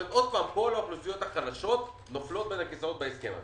כלומר כל האוכלוסיות החלשות שוב נופלות בין הכיסאות בהסכם הזה.